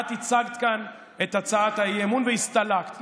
את הצעת כאן את הצעת האי-אמון והסתלקת,